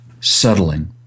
settling